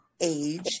age